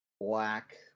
black